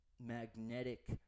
magnetic